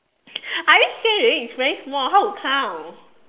I already say already it's very small how to count